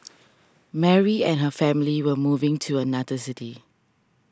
Mary and her family were moving to another city